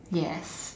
yes